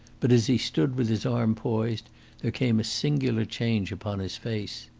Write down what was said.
but as he stood with his arm poised there came a singular change upon his face.